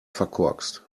verkorkst